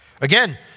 Again